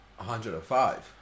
105